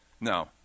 no